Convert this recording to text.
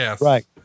Right